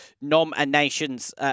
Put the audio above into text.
nominations